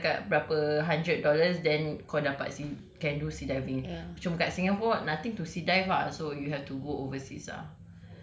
kau bayar setakat berapa hundred dollars then kau dapat sea~ can do sea diving cuma kat singapore nothing to sea dive ah so you have to overseas ah